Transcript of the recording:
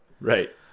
Right